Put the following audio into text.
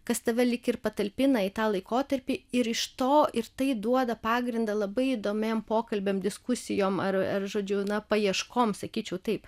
kas tave lyg ir patalpina į tą laikotarpį ir iš to ir tai duoda pagrindą labai įdomiem pokalbiam diskusijom ar ar žodžiu na paieškom sakyčiau taip